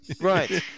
Right